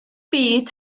byd